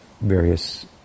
various